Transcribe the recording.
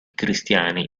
cristiani